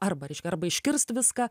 arba reiškia arba iškirst viską